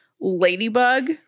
ladybug